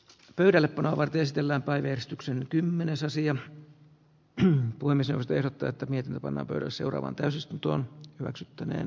pöydällepanova tiestöllä paineistuksen kymmenesosia eli puolison tehdä tätä mietin oman pöydän seuraavaan täysistuntoon räksyttäneen